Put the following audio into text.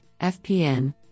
FPN